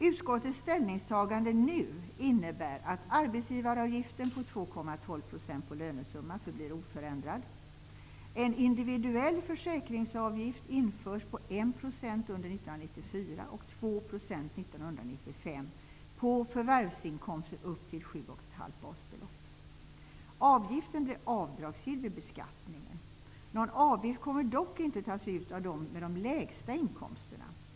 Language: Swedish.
Utskottets ställningstagande nu innebär att arbetsgivaravgiften på 2,12 % på lönesumman förblir oförändrad. En individuell försäkringsavgift på 1 % under 1994 och på 2 % 1995 införs på förvärvsinkomster upp till 7,5 basbelopp. Avgiften blir avdragsgill vid beskattningen. Någon avgift kommer dock inte att tas ut av dem med de lägsta inkomsterna.